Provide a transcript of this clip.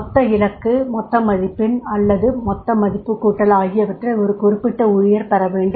மொத்த இலக்கு மொத்த மதிப்பெண் அல்லது மொத்த மதிப்புக்கூட்டல் ஆகியவற்றை ஒரு குறிப்பிட்ட ஊழியர் பெற வேண்டும்